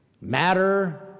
matter